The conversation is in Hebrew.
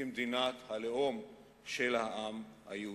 כמדינת הלאום של העם היהודי.